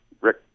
Rick